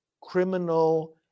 criminal